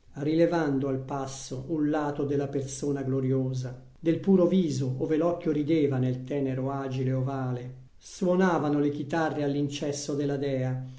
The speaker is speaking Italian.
rilevando al passo un lato della persona gloriosa del puro viso ove l'occhio rideva nel tenero agile ovale suonavano le chitarre all'incesso della dea